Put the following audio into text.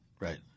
Right